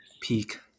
peak